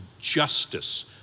justice